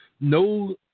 No